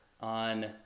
on